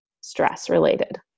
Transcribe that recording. stress-related